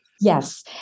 Yes